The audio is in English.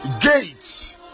gates